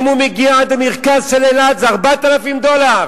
אם הוא מגיע עד המרכז של אילת זה 4,000 דולר.